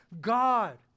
God